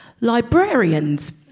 Librarians